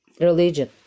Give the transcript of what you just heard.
religion